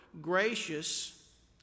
gracious